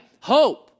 Hope